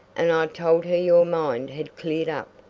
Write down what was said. and i told her your mind had cleared up.